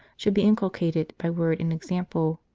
should be inculcated by word and example.